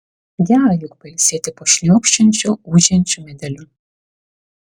gera juk pailsėti po šniokščiančiu ūžiančiu medeliu